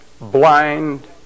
blind